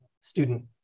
student